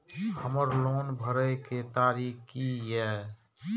हमर लोन भरय के तारीख की ये?